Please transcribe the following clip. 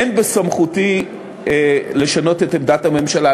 אין בסמכותי לשנות את עמדת הממשלה,